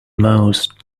most